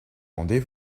rendez